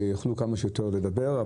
שיוכלו כמה שיותר אנשים לדבר.